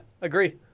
agree